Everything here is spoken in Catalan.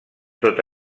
tot